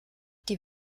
die